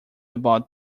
about